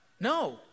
No